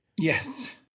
Yes